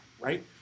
right